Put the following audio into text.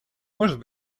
может